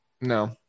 No